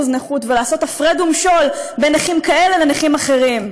נכות ולעשות הפרד ומשול בין נכים כאלה לנכים אחרים.